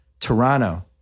Toronto